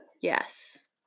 Yes